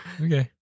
okay